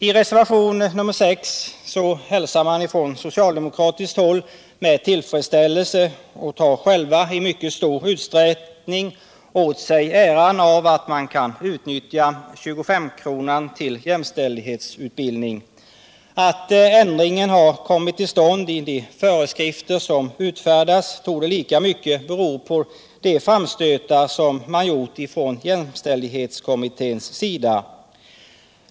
I reservationen 6 hälsar socialdemokraterna med tillfredsställelse — och tar själva i mycket stor utsträckning åt sig äran därav — att man kan utnyttja 25 kronan till ”jämställdhetsutbildning”. Att ändringen har kommit till stånd i de föreskrifter som utfärdats torde lika mycket bero på de framstötar som jämställdhetskommittén har gjort.